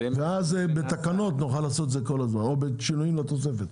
ואז נוכל לעשות את זה בתקנות או בשינויים לתוספת.